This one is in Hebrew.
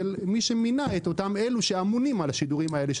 מי שמינה את אותם אלה שאמונים על השידורים האלה,